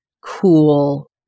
cool